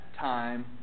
time